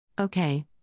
Okay